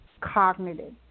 cognitive